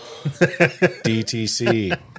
DTC